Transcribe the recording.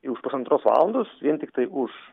i už pusantros valandos vien tiktai už